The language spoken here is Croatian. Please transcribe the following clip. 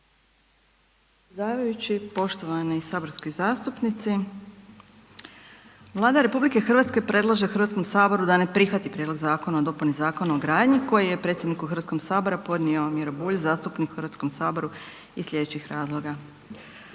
Predsjedavajući, poštovani saborski zastupnici. Vlada RH predlaže Hrvatskom saboru da ne prihvati Prijedlog zakona o dopuni Zakona o gradnji koji je predsjedniku Hrvatskog sabora podnio Miro Bulj, zastupnik u Hrvatskom saboru iz slijedećih razloga.